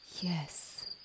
Yes